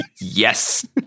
Yes